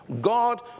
God